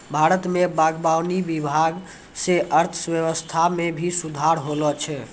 भारत मे बागवानी विभाग से अर्थव्यबस्था मे भी सुधार होलो छै